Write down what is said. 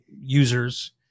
users